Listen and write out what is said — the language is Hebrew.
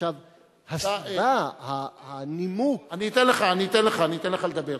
הסיבה, הנימוק, אני אתן לך לדבר.